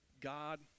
God